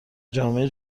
جامعه